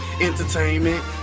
entertainment